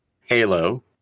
Halo